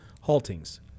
haltings